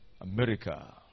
America